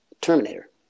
Terminator